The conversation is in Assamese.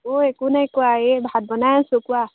অ একো নাই কোৱা এই ভাত বনাই আছোঁ কোৱা